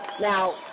Now